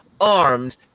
armed